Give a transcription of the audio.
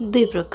দুই প্রকার